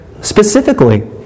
specifically